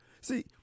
See